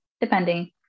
depending